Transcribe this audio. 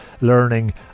learning